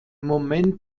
moment